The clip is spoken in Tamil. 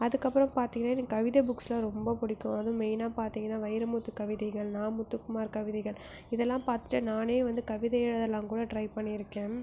அதுக்கப்புறம் பார்த்திங்கன்னா எனக்கு கவிதை புக்ஸெலாம் ரொம்ப பிடிக்கும் அதுவும் மெய்னாக பார்த்திங்கன்னா வைரமுத்து கவிதைகள் நா முத்துகுமார் கவிதைகள் இதெல்லாம் பார்த்துட்டு நானே வந்து கவிதை எழுதலாம் கூட ட்ரை பண்ணியிருக்கேன்